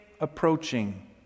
approaching